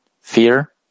Fear